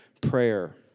prayer